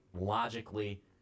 logically